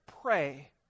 pray